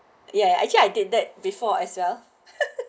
ya actually I did that before as well